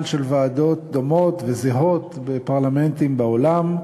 של ועדות דומות וזהות בפרלמנטים בעולם,